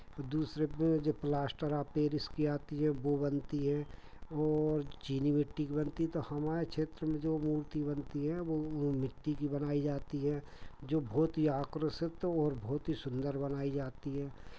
और दूसरे में जे प्लास्टर ऑफ पेरिस की आती हैं वो बनती हैं और चीनी मिट्टी की बनती हैं तो हमारे क्षेत्र में जो मूर्ति बनती हैं वो मिट्टी की बनाई जाती हैं जो बहुत ही आकर्षित और बहुत ही सुंदर बनाई जाती हैं